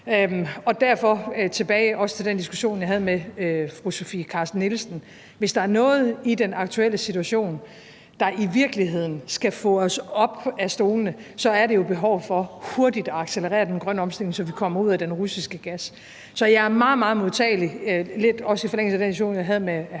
Og derfor er jeg tilbage ved den diskussion, jeg også havde med fru Sofie Carsten Nielsen: Hvis der er noget i den aktuelle situation, der i virkeligheden skal få os op af stolene, så er det jo behovet for hurtigt at accelerere den grønne omstilling, så vi kommer ud af den russiske gas. Så jeg er meget, meget modtagelig – også i forlængelse i den diskussion, jeg havde med